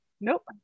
Nope